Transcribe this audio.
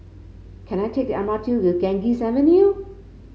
can I take the M R T to Ganges Avenue